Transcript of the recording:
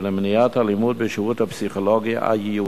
ולמניעת אלימות בשירות הפסיכולוגי-הייעוצי.